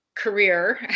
career